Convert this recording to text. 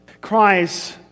cries